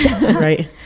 Right